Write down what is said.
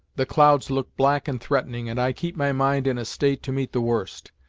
the clouds look black and threatening, and i keep my mind in a state to meet the worst.